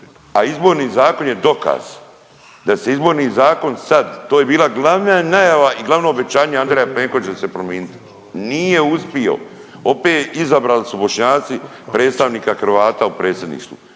a izborni zakon je dokaz da se izborni zakon sad, to je bila glavna najava i glavno obećanje Andreja Plenkovića da će se prominit. Nije uspio opet izabrali su Bošnjaci predstavnika Hrvata u predsjedništvu.